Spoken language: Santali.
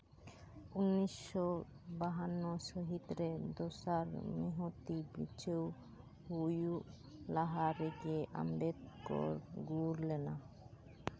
ᱩᱱᱤᱥᱥᱚ ᱵᱟᱦᱟᱱᱱᱚ ᱥᱟᱹᱦᱤᱛ ᱨᱮ ᱫᱚᱥᱟᱨ ᱢᱤᱦᱩᱛᱤ ᱵᱤᱪᱷᱱᱟᱹᱣ ᱦᱩᱭᱩᱜ ᱞᱟᱦᱟ ᱨᱮᱜᱮ ᱟᱢᱵᱮᱫᱠᱚᱨ ᱜᱩᱨ ᱞᱮᱱᱟᱭ